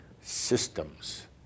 systems